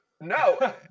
No